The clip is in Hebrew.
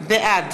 בעד